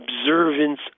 observance